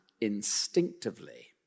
instinctively